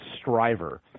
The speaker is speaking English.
Striver